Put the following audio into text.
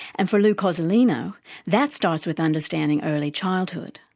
and for lou cozolino that starts with understanding early childhood.